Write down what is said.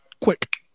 quick